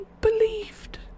believed